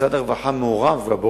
השאלה היא אם זאת